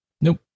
Nope